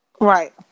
Right